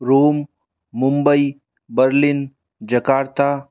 Rome Mumbai Berlin Jakarta